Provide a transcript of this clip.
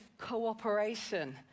cooperation